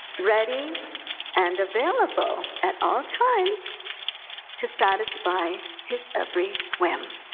ready and available at all times to satisfy his every whim,